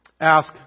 Ask